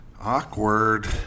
Awkward